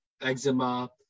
eczema